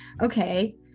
okay